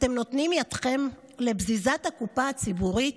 אתם נותנים ידכם לבזיזת הקופה הציבורית,